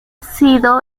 sido